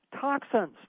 toxins